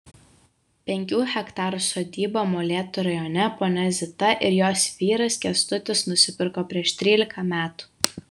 penkių hektarų sodybą molėtų rajone ponia zita ir jos vyras kęstutis nusipirko prieš trylika metų